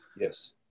Yes